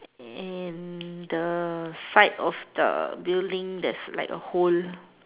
and the fight of the building there's like a hole